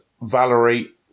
Valerie